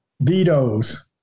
vetoes